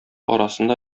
арасында